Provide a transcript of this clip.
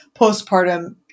postpartum